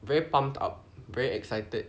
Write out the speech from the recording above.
very pumped up very excited